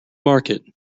market